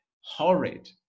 Horrid